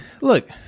Look